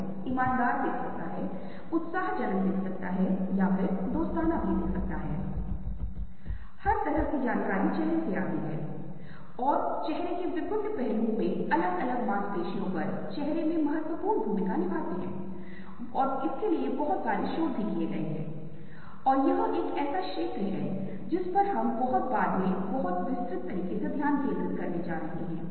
हमारे पास अभी यहाँ क्या है जिसे मैं जल्दी से आपके साथ साझा कर रहा हूँ यह है कि अब यह पता लगाना और भी कठिन है जो उत्तल सतह है और जो अवतल सतह है और ऐसा होता है क्योंकि आप देखते हैं कि जब यह पक्षों से प्रकाश में आता है तो प्रकाश किसी भी तरफ से आ सकता है और आप पते है की खिड़कियां कमरे के दोनों ओर स्थित हो सकती हैं और प्रकाश का स्वाभाविक रूप से एक विशेष तरीके से आने वाला मुद्दा होता है